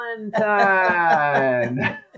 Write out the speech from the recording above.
Valentine